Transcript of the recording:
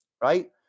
right